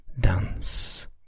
dance